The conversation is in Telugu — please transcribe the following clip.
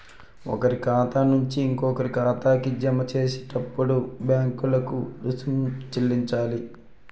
ఒకరి ఖాతా నుంచి ఇంకొకరి ఖాతాకి జమ చేసేటప్పుడు బ్యాంకులకు రుసుం చెల్లించాలి